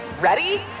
Ready